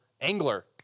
angler